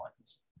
ones